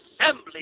assembly